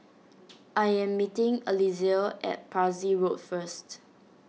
I am meeting Alesia at Parsi Road first